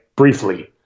Briefly